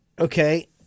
Okay